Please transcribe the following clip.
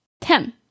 Ten